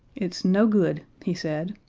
it's no good, he said,